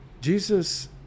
Jesus